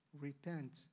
repent